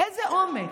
איזה אומץ?